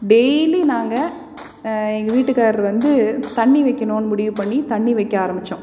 daily நாங்கள் எங்கள் வீட்டுக்காரரு வந்து தண்ணி வைக்கணும்னு முடிவு பண்ணி தண்ணி வைக்க ஆரம்பித்தோம்